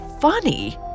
funny